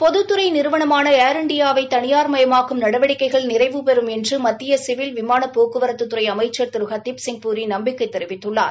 பொதுத்துறை நிறுவனமான ஏர் இண்டியவை தனியார்மயமாக்கும் நடவடிக்கைகள் நிறைவுபெறும் என்று மத்திய சிவில் விமாள போக்குவரத்துத்துறை அமைச்ச் திரு ஹர்தீப்சிங் பூரி நம்பிக்கை தெரிவித்துள்ளார்